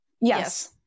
Yes